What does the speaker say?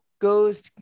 goes